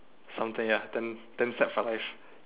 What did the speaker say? something ya then then set for life